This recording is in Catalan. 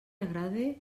agrade